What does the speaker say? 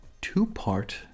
two-part